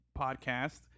podcast